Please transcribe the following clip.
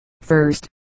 First